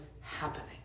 happening